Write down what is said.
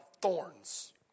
thorns